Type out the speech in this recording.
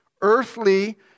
earthly